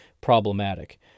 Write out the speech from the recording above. problematic